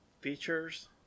features